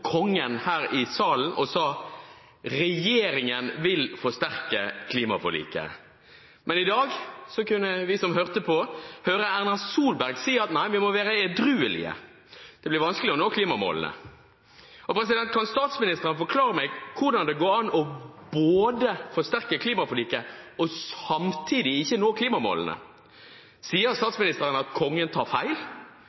sa at regjeringen vil «forsterke klimaforliket». I dag kunne vi som hørte på, høre Erna Solberg si at nei, vi må være edruelige, det blir vanskelig å nå klimamålene. Kan statsministeren forklare meg hvordan det går an både å forsterke klimaforliket og samtidig ikke nå klimamålene? Sier